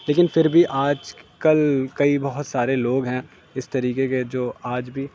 لیکن پھر بھی آج کل کئی بہت سارے لوگ ہیں اس طریقے کے جو آج بھی